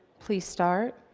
please start.